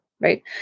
Right